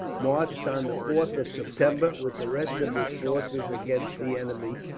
marched on the fourth of september with the rest of his forces against the enemy,